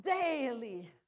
daily